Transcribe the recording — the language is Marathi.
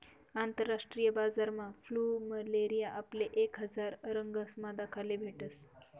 आंतरराष्ट्रीय बजारमा फ्लुमेरिया आपले एक हजार रंगसमा दखाले भेटस